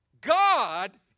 God